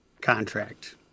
contract